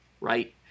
right